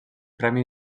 premi